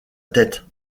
tête